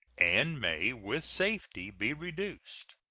and may with safety be reduced.